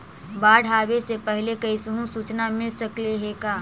बाढ़ आवे से पहले कैसहु सुचना मिल सकले हे का?